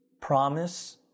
promise